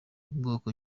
bwoko